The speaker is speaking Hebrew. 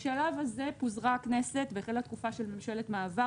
בשלב הזה פוזרה הכנסת והחלה תקופה של ממשלת מעבר.